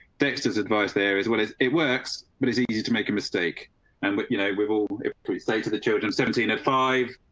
dexter's advice there as well as it works. but it's easy to make a mistake and but you know, we've all appreciated the children seventeen at five.